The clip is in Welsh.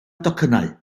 docynnau